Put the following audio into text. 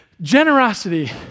Generosity